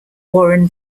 warren